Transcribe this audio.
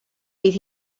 bydd